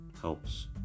helps